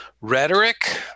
rhetoric